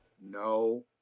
no